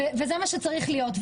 וזה מה שצריך להיות.